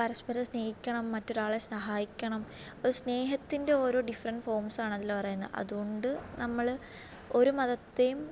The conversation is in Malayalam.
പരസ്പരം സ്നേഹിക്കണം മറ്റൊരാളെ സഹായിക്കണം ഒരു സ്നേഹത്തിൻ്റെ ഓരോ ഡിഫറെൻറ്റ് ഫോംസ് ആണ് അതിൽ പറയുന്നത് അതുകൊണ്ട് നമ്മൾ ഒരു മതത്തെയും